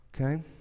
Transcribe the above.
Okay